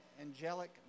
angelic